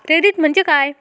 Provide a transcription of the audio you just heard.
Credit म्हणजे काय?